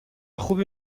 خوبی